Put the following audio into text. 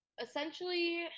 essentially